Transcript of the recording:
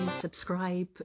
subscribe